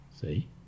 See